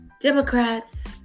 Democrats